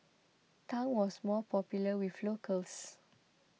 Tang was more popular with locals